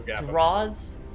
draws